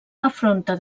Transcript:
afronta